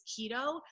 keto